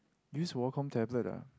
use Wacom tablet ah